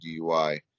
DUI